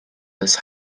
this